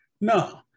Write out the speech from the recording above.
No